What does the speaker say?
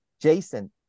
Jason